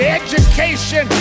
education